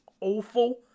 awful